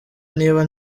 niba